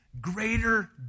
greater